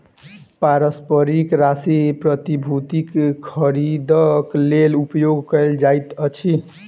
पारस्परिक राशि प्रतिभूतिक खरीदक लेल उपयोग कयल जाइत अछि